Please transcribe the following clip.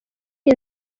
nzu